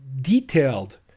detailed